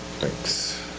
thanks.